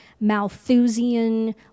Malthusian